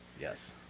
yes